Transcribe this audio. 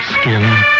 skin